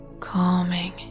calming